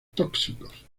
tóxicos